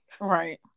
right